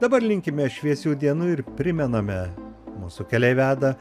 dabar linkime šviesių dienų ir primename mūsų keliai veda